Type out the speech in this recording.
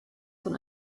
von